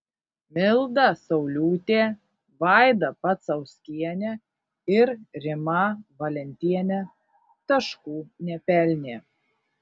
milda sauliūtė vaida pacauskienė ir rima valentienė taškų nepelnė